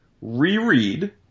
reread